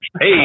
Hey